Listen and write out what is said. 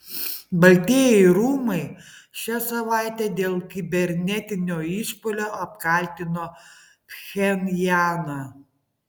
baltieji rūmai šią savaitę dėl kibernetinio išpuolio apkaltino pchenjaną